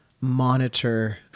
monitor